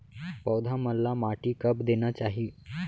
पौधा मन ला माटी कब देना चाही?